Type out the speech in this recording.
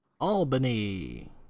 Albany